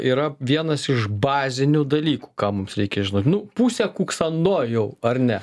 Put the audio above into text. yra vienas iš bazinių dalykų ką mums reikia žinot nu pusę kuksando jau ar ne